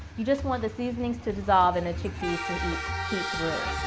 you just want the seasonings to dissolve and the chickpeas to heat through,